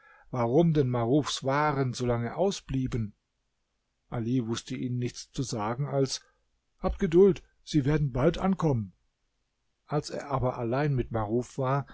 warum denn marufs waren so lange ausblieben ali wußte ihnen nichts zu sagen als habt geduld sie werden bald ankommen als er aber allein mit maruf war